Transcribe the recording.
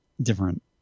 Different